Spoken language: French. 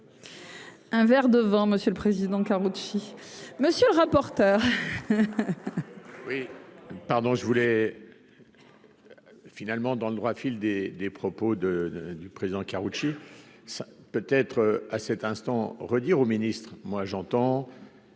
Un verre de vin, monsieur le Président, Karoutchi, monsieur le rapporteur. Oui, pardon je voulais finalement dans le droit fil des des propos de du président Karoutchi ça peut être à cet instant redire au ministre, moi j'entends